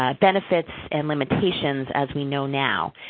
ah benefits and limitations as we know now.